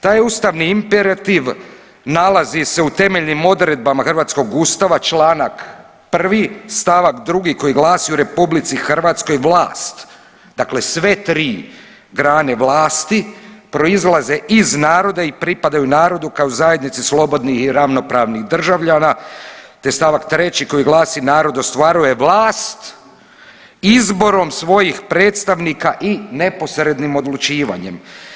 Taj ustavni imperativ nalazi se u temeljnim odredbama hrvatskog ustava čl. 1. st. 2. koji glasi: „U RH vlast“, dakle sve tri grane vlasti „proizlaze iz naroda i pripadaju narodu kao zajednici slobodnih i ravnopravnih državljana“ te st. 3. koji glasi: „Narod ostvaruje vlast izborom svojih predstavnika i neposrednim odlučivanjem“